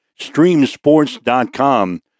Streamsports.com